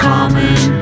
Common